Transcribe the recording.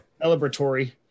Celebratory